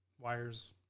wires